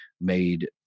made